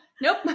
nope